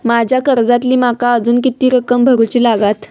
माझ्या कर्जातली माका अजून किती रक्कम भरुची लागात?